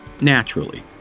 naturally